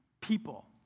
People